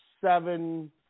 seven